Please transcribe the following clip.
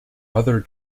other